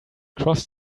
cross